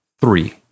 Three